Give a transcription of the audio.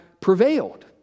prevailed